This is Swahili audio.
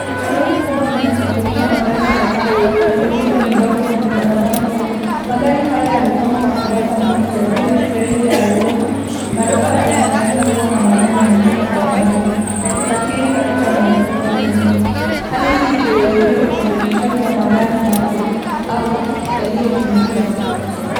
Lori kubwa linasafirisha magari kadhaa, ya mizigo midogo kwenye barabara kuu. Magari hayo yamepangwa kwa tabaka mbili ya juu ya treli ya lori. Barabara inaonekana kuwa na magari mengine kwa umbali, yakisafiri katika mwelekeo ule ule. Hali hii ikiashiria usafirishaji wa magari mapya au yaliyotumika.